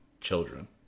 Children